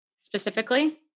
specifically